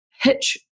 hitch